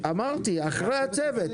אמרתי: אחרי עבודת הצוות.